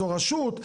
זו רשות,